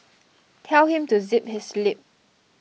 tell him to zip his lip